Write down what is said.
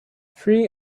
three